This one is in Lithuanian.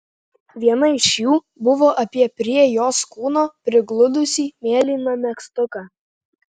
viena iš jų buvo apie prie jos kūno prigludusį mėlyną megztuką